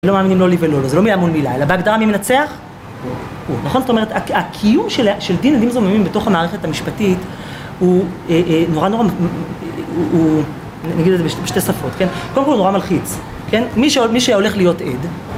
הם לא מאמינים לא לי ולא לו, זה לא מילה מול מילה, אלא בהגדרה מי מנצח? הוא. נכון? זאת אומרת, הקיום של דין עדים זוממים בתוך המערכת המשפטית הוא נורא נורא... הוא... נגיד את זה בשתי שפות, כן? קודם כל הוא נורא מלחיץ, כן? מי שהולך להיות עד...